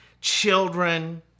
Children